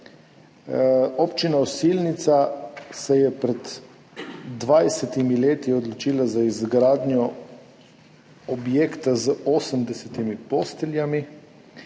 Občina Osilnica se je pred 20 leti odločila za izgradnjo objekta z 80 posteljami.